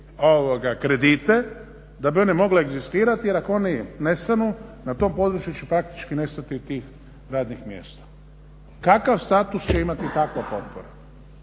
kredite da bi oni mogli egzistirati jer ako oni nestanu na tom području će praktički nestati tih radnih mjesta. Kakav status će imati takva potpora?